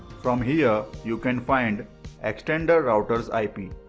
from here you can find extender routers i mean